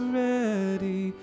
ready